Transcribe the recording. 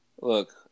Look